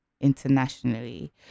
internationally